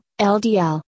LDL